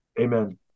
amen